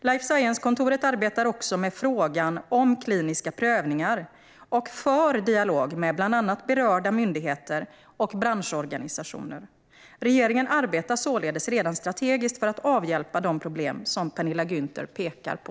Life science-kontoret arbetar också med frågan om kliniska prövningar och för dialog med bland annat berörda myndigheter och branschorganisationer. Regeringen arbetar således redan strategiskt för att avhjälpa de problem som Penilla Gunther pekar på.